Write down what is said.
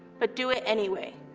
but do it anyway,